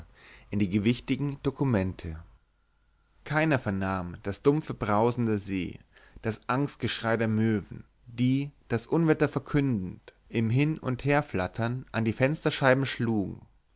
in die gewichtigen dokumente keiner vernahm das dumpfe brausen der see das angstgeschrei der möwen die das unwetter verkündend im hin und herflattern an die fensterscheiben schlugen